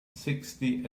sixty